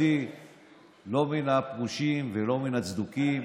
תפחדי לא מן הפרושים ולא מן הצדוקים.